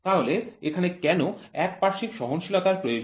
তাহলে এখানে কেন একপার্শ্বিক সহনশীলতার প্রয়োজন